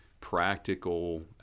practical